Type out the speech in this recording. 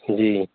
جی